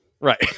Right